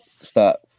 stop